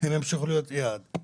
הם ימשיכו להיות יעד.